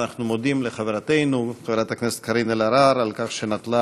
אנחנו מודים לחברתנו חברת הכנסת קארין אלהרר על כך שנטלה